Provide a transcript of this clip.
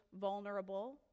vulnerable